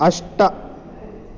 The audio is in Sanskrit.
अष्ट